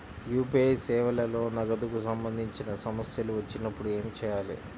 UPI సేవలలో నగదుకు సంబంధించిన సమస్యలు వచ్చినప్పుడు ఏమి చేయాలి?